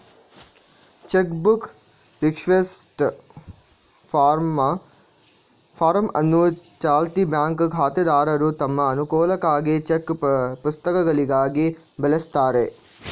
check book request form ಅನ್ನು ಚಾಲ್ತಿ bank ಖಾತೆದಾರರು ತಮ್ಮ ಅನುಕೂಲಕ್ಕಾಗಿ ಚೆಕ್ ಪುಸ್ತಕಗಳಿಗಾಗಿ ಬಳಸ್ತಾರೆ